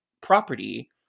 property